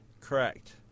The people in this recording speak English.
Correct